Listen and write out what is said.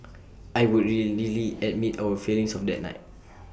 I would readily admit our failings of that night